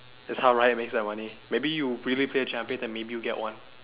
that's how riot makes their money maybe you really play a champion then maybe you'll get one